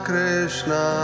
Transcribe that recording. Krishna